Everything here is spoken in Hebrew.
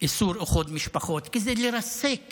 איסור איחוד משפחות, כי זה לרסק